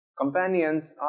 companions